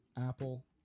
Apple